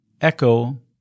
echo